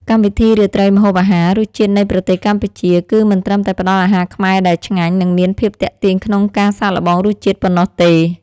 កម្មវិធីរាត្រីម្ហូបអាហារ “រសជាតិនៃប្រទេសកម្ពុជា” គឺមិនត្រឹមតែផ្តល់អាហារខ្មែរដែលឆ្ងាញ់ និងមានភាពទាក់ទាញក្នុងការសាកល្បងរសជាតិប៉ុណ្ណោះទេ